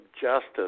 justice